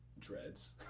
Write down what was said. dreads